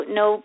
no